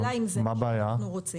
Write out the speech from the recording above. השאלה אם זה מה שאנחנו רוצים.